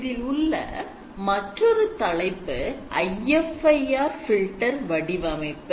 இதில் உள்ள மற்றொரு தலைப்பு IFIR filter வடிவமைப்பு